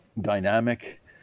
dynamic